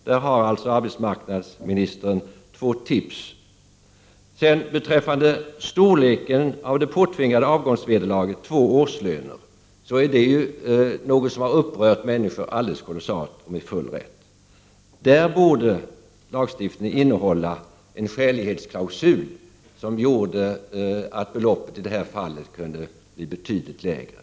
Här har arbetsmarknadsministern två tips. Storleken på det påtvingade avgångsvederlaget, två årslöner, är något som har upprört människor alldeles kolossalt, och med full rätt. Lagstiftningen borde innehålla en skälighetsklausul som gör att beloppet i sådana här fall kunde bli betydligt lägre.